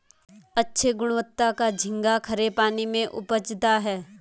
अच्छे गुणवत्ता का झींगा खरे पानी में उपजता है